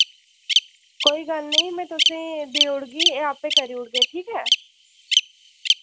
कोई गल्ल नि में तुसें देई ओड़गी एह् आपूं करी ओड़ग ठीक ऐ